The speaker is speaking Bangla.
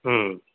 হুম